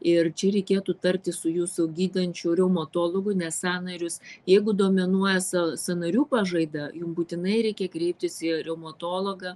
ir čia reikėtų tartis su jūsų gydančiu reumatologu nes sąnarius jeigu dominuoja sa sąnarių pažaida jum būtinai reikia kreiptis į reumatologą